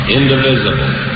indivisible